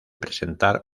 presentar